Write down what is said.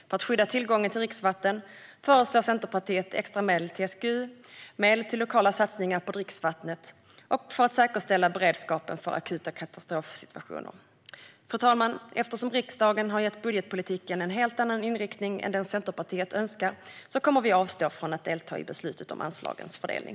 För att skydda tillgången till dricksvatten föreslår Centerpartiet extra medel till SGU samt medel till lokala satsningar på dricksvattnet och för att säkerställa beredskapen för akuta katastrofsituationer. Fru talman! Eftersom riksdagen har gett budgetpolitiken en helt annan inriktning än den Centerpartiet önskar kommer vi att avstå från att delta i beslutet om anslagens fördelning.